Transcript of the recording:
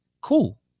Cool